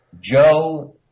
Joe